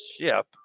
ship